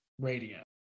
radio